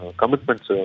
commitments